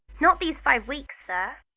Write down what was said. not these five weeks, sir.